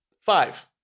five